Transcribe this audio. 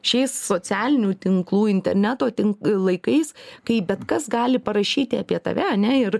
šiais socialinių tinklų interneto tin laikais kai bet kas gali parašyti apie tave ane ir